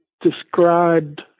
described